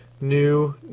new